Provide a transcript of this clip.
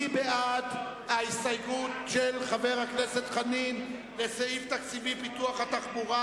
מי בעד ההסתייגות של חבר הכנסת חנין לסעיף תקציבי פיתוח התחבורה?